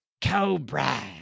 Cobra